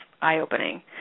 eye-opening